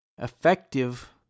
effective